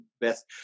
Best